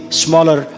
smaller